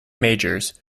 majors